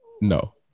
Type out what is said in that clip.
no